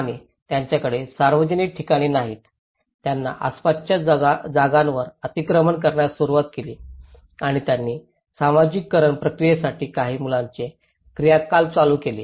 आणि त्यांच्याकडे सार्वजनिक ठिकाणे नाहीत त्यांना आसपासच्या जागांवर अतिक्रमण करण्यास सुरवात केली आणि त्यांनी सामाजिकरण प्रक्रियेसाठी काही मुलांचे क्रियाकलाप चालू केले